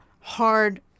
hard